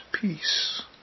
peace